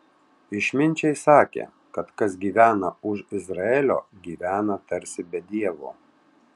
išminčiai sakė kad kas gyvena už izraelio gyvena tarsi be dievo